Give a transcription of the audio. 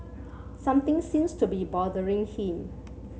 something seems to be bothering him